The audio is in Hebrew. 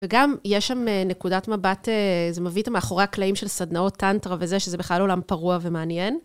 וגם יש שם נקודת מבט, זה מביא את המאחורי הקלעים של סדנאות טנטרה וזה, שזה בכלל עולם פרוע ומעניין.